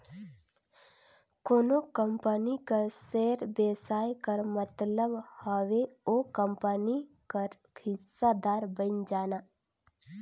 कोनो कंपनी कर सेयर बेसाए कर मतलब हवे ओ कंपनी कर हिस्सादार बइन जाना